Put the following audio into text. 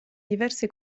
diverse